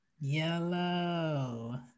Yellow